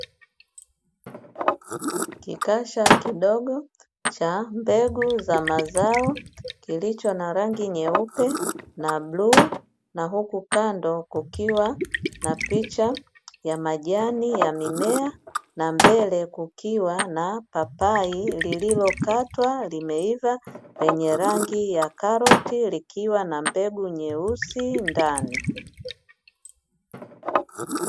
Kikasha kidogo cha mbegu za mazao kilicho na rangi nyeupe na bluu na huku kando kukiwa na picha ya majani ya mimea, na mbele kukiwa na papai lililokatwa limeiva lenye rangi ya karoti likiwa na mbegu nyeusi ndani.